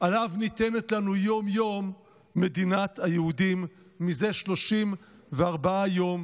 שעליו ניתנת לנו יום-יום מדינת היהודים זה 34 ימים,